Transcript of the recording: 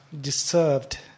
deserved